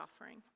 offering